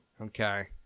Okay